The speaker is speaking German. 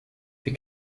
wir